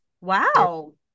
Wow